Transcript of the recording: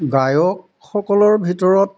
গায়কসকলৰ ভিতৰত